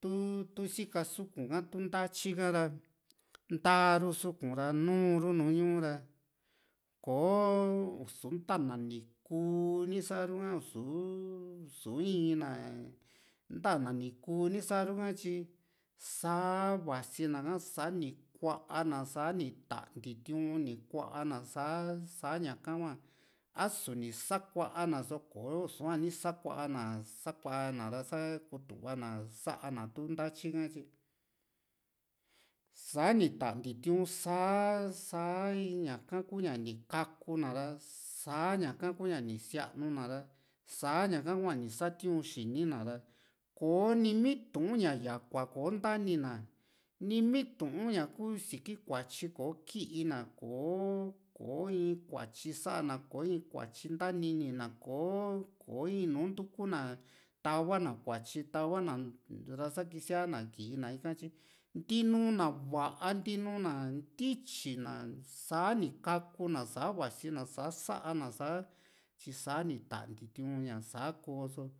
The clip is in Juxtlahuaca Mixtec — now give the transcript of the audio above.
tu tu sika suku´n ha tu natyi ka ra ntaaru suku´n ra nu´ru nu ñuu ra kò´o su ntana ni kuu ni saru ha i´su ni su in na ntana ni kuu ni sa´ru ha tyi sa´a vasi na ha sa´a ni kua´na sani tante tiun kua´na sa sa ñaka hua a´su ni sakuana so ko ni sua ni sakua´na sakua´na ra sa kutuva na sa´na tu ntatyi ka tyi sani tante tiun sa sa ñaka kuña ni kaku na ra sa ñaka kuña ni sianu na ra saa ñaka hua ni satiun xini na ra kò´o nii mi tuu´n ña yakua ko ntani na nimi tuu´n ña ku siki kuatyi kò´o kii´na kò´o ko in kuatyi sa´na kò´o in kuatyi ntanini na kò´o kò´o in nu ntuku na tava na kuatyi tava na ra sa kisia´na kii na ika tyi ntiinu na va´a ntinuna ntityi na saa ni kaku na sa vasi na sa´sa na sa tyi sani tante tiu´n ña sa´koo